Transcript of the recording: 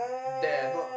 there not